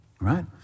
Right